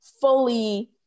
fully